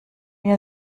wir